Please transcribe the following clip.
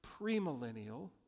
Premillennial